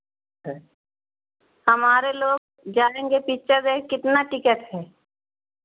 अच्छा हमारे लोग जाएँगे पिक्चर देखने कितना टिकट है